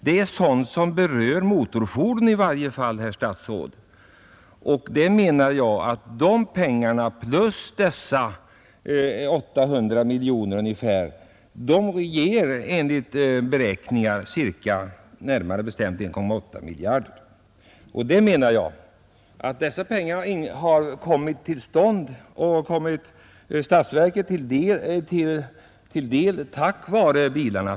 Det är sådana saker som i varje fall berör motorfordonen, herr statsråd. Det är dessa pengar plus de ungefär 800 miljonerna som enligt beräkningar ger 1,8 miljarder kronor. Dessa pengar har kommit statsverket till del tack vare bilarna.